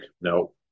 No